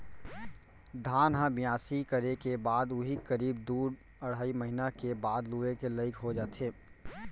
धान ह बियासी करे के बाद उही करीब दू अढ़ाई महिना के बाद लुए के लाइक हो जाथे